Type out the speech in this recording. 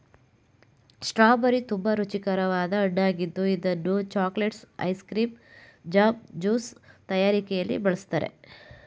strawberry ತುಂಬಾ ರುಚಿಕರವಾದ ಹಣ್ಣಾಗಿದ್ದು ಇದನ್ನು chocolates, ice cream, jam, juice ತಯಾರಿಕೆಯಲ್ಲಿ ಬಳ್ಸತ್ತರೆ